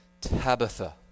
Tabitha